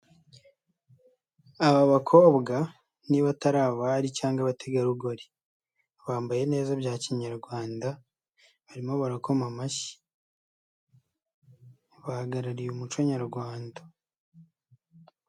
Aba bakobwa niba atariri abahari cyangwa abategarugori bambaye neza bya kinyarwanda barimo barakoma amashyi, bahagarariye umuco nyarwanda.